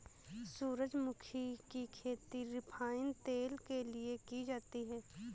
सूरजमुखी की खेती रिफाइन तेल के लिए की जाती है